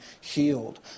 healed